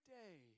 day